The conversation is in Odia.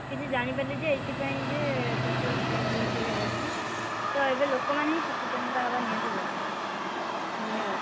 କିଛି ଜାଣିପାରିଲି ଯେ ଏଇଥିପାଇଁ ଯେ ପେଟ୍ରୋଲ୍ ଡିଜେଲ୍ ରେଟ୍ ଏବେ ବଢ଼ୁଛି ତ ଏବେ ଲୋକମାନେ ହିଁ ସଚେତନତା ହେବା ନିହାତି ଦରକାର ଧନ୍ୟବାଦ